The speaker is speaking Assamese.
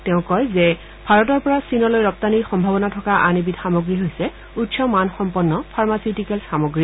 তেওঁ কয় যে ভাৰতৰ পৰা চীনলৈ ৰপ্তানিৰ সম্ভাৱনা থকা আন এবিধ সামগ্ৰী হৈছে উচ্চ মানসম্পন্ন ফাৰ্মচিউটিকেলছ সামগ্ৰী